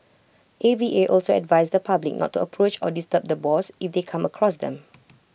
A V A also advised the public not to approach or disturb the boars if they come across them